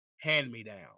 hand-me-down